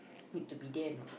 need to be there a not